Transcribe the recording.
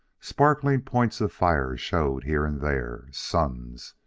sparkling points of fire showed here and there suns,